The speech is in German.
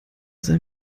sei